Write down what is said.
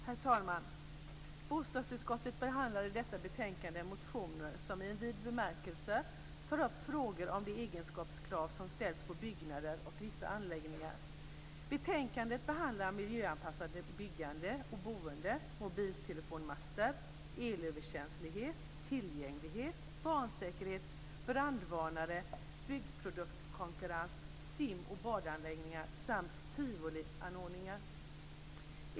Herr talman! Bostadsutskottet behandlar i detta betänkande motioner som i en vid bemärkelse tar upp frågor om de egenskapskrav som ställs på byggnader och vissa anläggningar. I betänkandet behandlas miljöanpassat byggande och boende, mobiltelefonmaster, elöverkänslighet, tillgänglighet, barnsäkerhet, brandvarnare, byggproduktkonkurrens, sim och badanläggningar samt tivolianordningar.